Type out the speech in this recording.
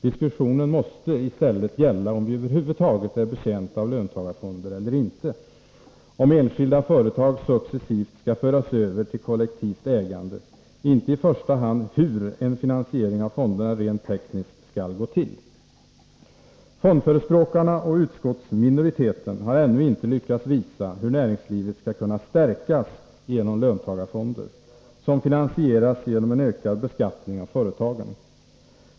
Diskussionen måste i ställa gälla om vi över huvud taget är betjänta av löntagarfonder eller inte, om enskilda företag successivt skall föras över till kollektivt ägande, inte i första hand hur en finansiering av fonderna rent tekniskt skall gå till. Fondförespråkarna och utskottsminoriteten har ännu inte lyckats visa hur näringslivet skall kunna stärkas genom löntagarfonder, som finansieras genom en ökad beskattning av företagen.